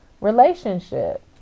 relationship